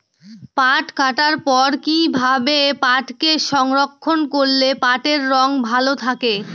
পাট কাটার পর কি ভাবে পাটকে সংরক্ষন করলে পাটের রং ভালো থাকে?